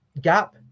gap